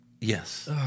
Yes